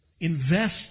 invest